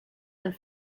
and